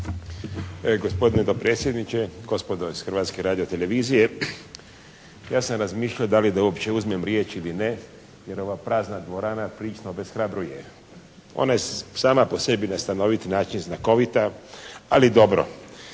Gospodine dopredsjedniče, gospodo iz Hrvatske radiotelevizije. Ja sam razmišljao da li da uopće uzmem riječ ili ne, jer ova prazna dvorana prilično obeshrabruje. Ona je sama po sebi na stanoviti način znakovita, ali dobro.